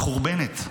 מחורבנת.